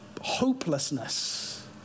hopelessness